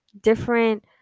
different